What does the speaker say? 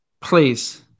please